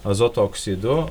azoto oksidų